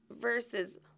versus